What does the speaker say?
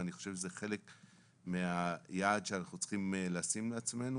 ואני חושב שזה חלק מהיעד שאנחנו צריכים לשים לעצמנו,